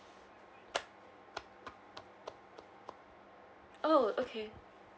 oh okay